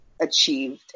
achieved